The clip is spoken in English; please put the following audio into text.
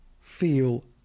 feel